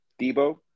Debo